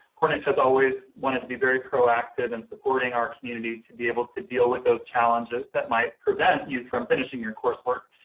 cornish has always wanted to be very proactive in supporting our community to be able to deal with those challenges that might prevent you from finishing your coursework.